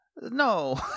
no